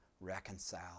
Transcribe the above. reconcile